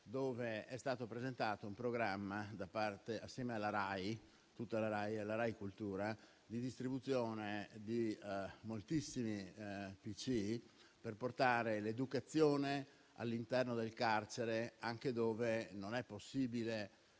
dove è stato presentato un programma, assieme a tutta la Rai e a Rai cultura, di distribuzione di moltissimi PC, per portare l'educazione all'interno del carcere, anche dove non è possibile